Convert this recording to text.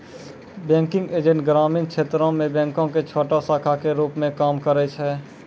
banking agent ग्रामीण क्षेत्रो मे बैंको के छोटो शाखा के रुप मे काम करै छै